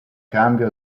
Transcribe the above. cambio